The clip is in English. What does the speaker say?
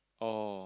oh